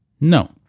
No